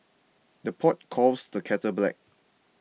the pot calls the kettle black